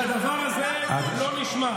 לא נשמע כדבר הזה, אין אלימות.